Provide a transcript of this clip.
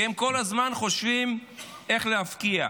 כי הם כל הזמן חושבים איך להבקיע.